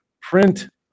print